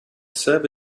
serve